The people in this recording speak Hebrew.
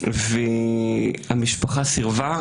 והמשפחה סירבה,